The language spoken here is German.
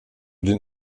den